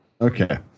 Okay